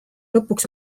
lõpuks